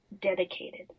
dedicated